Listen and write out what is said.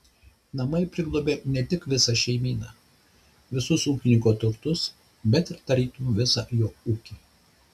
namai priglobia ne tik visą šeimyną visus ūkininko turtus bet ir tarytum visą jo ūkį